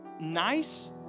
nice